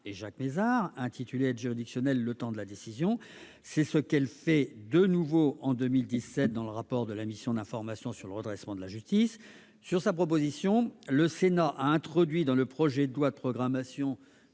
et Jacques Mézard intitulé « Aide juridictionnelle, le temps de la décision ». Elle l'a fait de nouveau en 2017, au travers du rapport de la mission d'information sur le redressement de la justice. Sur sa proposition, le Sénat a introduit dans le projet de loi de programmation